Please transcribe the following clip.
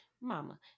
mama